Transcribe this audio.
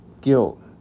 guilt